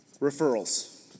referrals